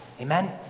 Amen